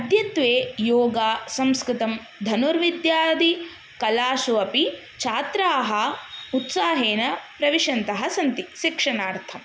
अद्यत्वे योगा संस्कृतं धनुर्विद्यादि कलाषु अपि छात्राः उत्साहेन प्रविशन्तः सन्ति शिक्षणार्थं